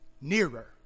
Nearer